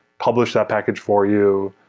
publish that package for you,